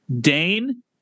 Dane